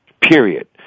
period